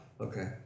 Okay